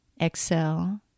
exhale